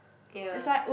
ya